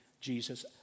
Jesus